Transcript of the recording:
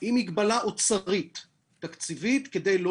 היא מגבלה של תקציבית של האוצר כדי לא